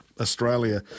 Australia